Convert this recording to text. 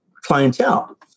clientele